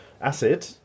acid